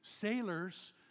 sailors